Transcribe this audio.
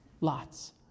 Lots